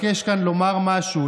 כן.